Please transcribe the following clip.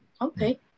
Okay